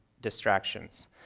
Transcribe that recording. distractions